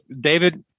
David